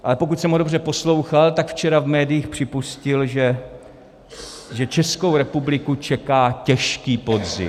Ale pokud jsem ho dobře poslouchal, tak včera v médiích připustil, že Českou republiku čeká těžký podzim.